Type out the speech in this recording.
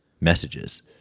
messages